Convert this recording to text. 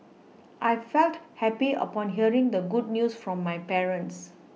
I felt happy upon hearing the good news from my parents